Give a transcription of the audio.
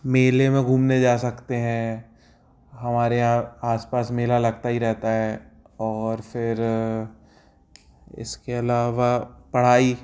मेले में घूमने जा सकते हैं हमारे यहाँ आस पास मेला लगता ही रहता है और फिर इसके अलावा पढ़ाई